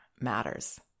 matters